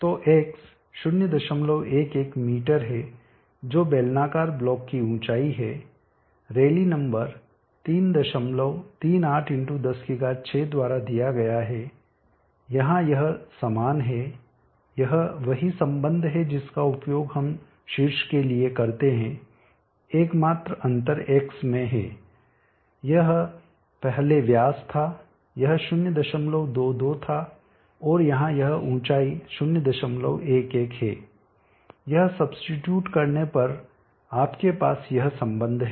तो X 011m है जो बेलनाकार ब्लॉक की ऊंचाई है रैली नंबर 338x106 द्वारा दिया गया है यहाँ यह समान है यह वही संबंध है जिसका उपयोग हम शीर्ष के लिए करते हैं एकमात्र अंतर X में है यह था पहले व्यास यह 022 था और यहाँ यह ऊंचाई 011है यह सब्सीट्यूट करने पर आपके पास यह संबंध है